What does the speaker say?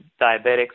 diabetics